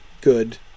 good